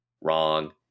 Wrong